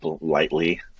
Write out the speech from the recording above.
Lightly